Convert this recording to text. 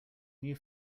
new